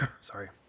Sorry